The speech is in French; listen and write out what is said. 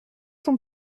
son